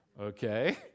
okay